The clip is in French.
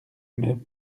mais